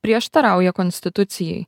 prieštarauja konstitucijai